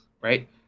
right